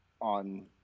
on